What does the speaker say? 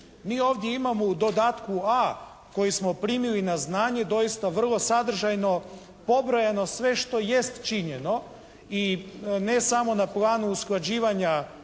Mi ovdje imamo u dodatku A koji smo primili na znanje doista vrlo sadržajno pobrojano sve što jest činjeno i ne samo na planu usklađivanja